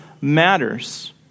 matters